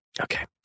Okay